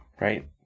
right